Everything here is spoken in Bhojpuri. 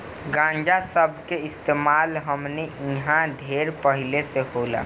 गांजा सब के इस्तेमाल हमनी इन्हा ढेर पहिले से होला